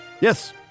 Yes